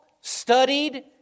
studied